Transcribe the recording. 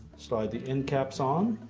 slide the end caps on,